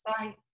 bye